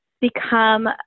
become